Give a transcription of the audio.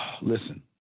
Listen